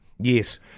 Yes